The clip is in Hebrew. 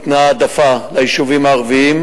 ניתנה העדפה ליישובים הערביים,